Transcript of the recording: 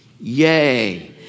Yay